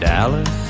Dallas